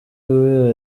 iwe